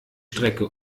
strecke